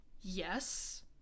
yes